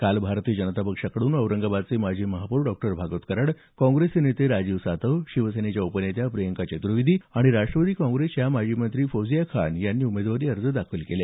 काल भारतीय जनता पक्षाकडून औरंगाबादचे माजी महापौर डॉ भागवत कराड काँग्रेसचे नेते राजीव सातव शिवसेनेच्या उपनेत्या प्रियंका चत्वेदी आणि राष्ट्वादी काँग्रेसच्या माजी मंत्री फौजिया खान यांनी उमेदवारी अर्ज दाखल केले